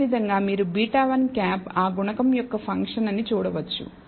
అదేవిధంగా మీరు β̂1 ఆ గుణకం యొక్క ఫంక్షన్ అని చూడవచ్చు